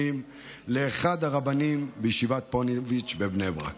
לאחד הרבנים בישיבת פוניבז' בבני ברק.